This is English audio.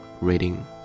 reading